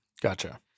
Gotcha